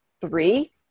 three